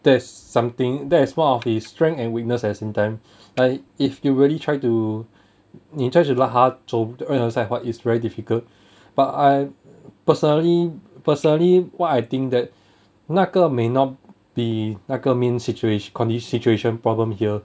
there's something that is one of his strength and weakness at the same time like if you really try to 你 try to 让他走 right on your side but is very difficult but I personally personally what I think that 那个 may not be 那个 main situation condi~ situation problem here